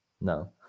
No